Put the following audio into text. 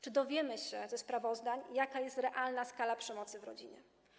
Czy dowiemy się ze sprawozdań, jaka jest realna skala przemocy w rodzinie?